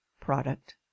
product